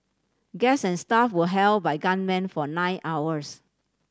guests and staff were held by gunmen for nine hours